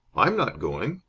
i'm not going.